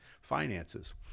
finances